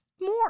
more